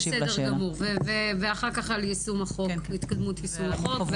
בסדר גמור, ואחר כך נשמע על התקדמות יישום החוק.